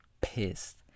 pissed